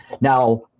Now